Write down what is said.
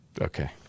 Okay